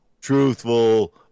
truthful